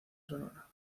sonora